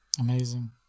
Amazing